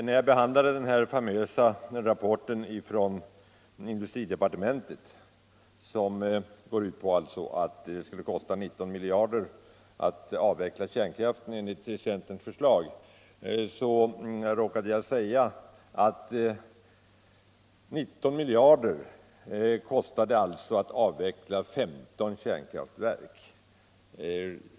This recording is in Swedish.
När jag behandlade den här famösa rapporten från industridepartementet, som går ut på att det skulle kosta 19 miljarder att avveckla kärnkraften enligt centerns förslag, råkade jag säga att ”19 miljarder kostar det alltså att avveckla 15 kärnkraftverk”.